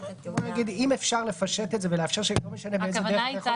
אם אפשר לפשט את זה ולאפשר שלא משנה באיזו דרך --- הכוונה הייתה